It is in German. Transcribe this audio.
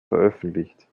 veröffentlicht